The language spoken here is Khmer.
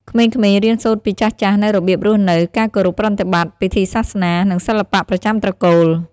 ក្មេងៗរៀនសូត្រពីចាស់ៗនូវរបៀបរស់នៅ ការគោរពប្រតិបត្តិ ពិធីសាសនា និងសិល្បៈប្រចាំត្រកូល។